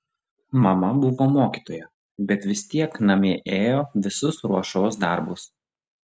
mama buvo mokytoja bet vis tiek namie ėjo visus ruošos darbus